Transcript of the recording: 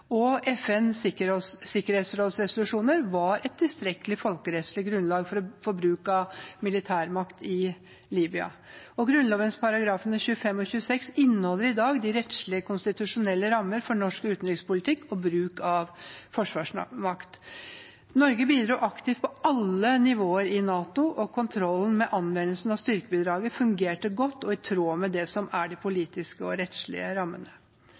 forpliktelser. FNs sikkerhetsråds resolusjoner var et tilstrekkelig folkerettslig grunnlag for bruk av militærmakt i Libya. Grunnloven §§ 25 og 26 inneholder i dag de rettslige konstitusjonelle rammer for norsk utenrikspolitikk og bruk av forsvarsmakt. Norge bidro aktivt på alle nivåer i NATO, og kontrollen med anvendelsen av styrkebidraget fungerte godt og i tråd med det som er de politiske og rettslige rammene.